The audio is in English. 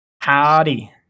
Howdy